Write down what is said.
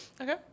okay